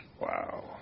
Wow